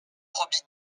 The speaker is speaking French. probité